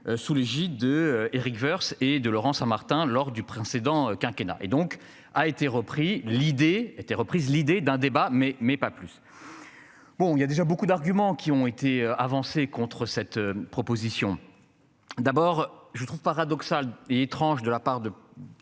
sous l'égide de Éric Woerth et de Laurent Saint-Martin lors du précédent quinquennat et donc a été repris l'idée était reprise l'idée d'un débat mais mais pas plus. Bon il y a déjà beaucoup d'arguments qui ont été avancés contre cette proposition. D'abord je trouve paradoxal et étrange de la part de.